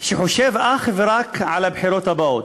שחושב אך ורק על הבחירות הבאות.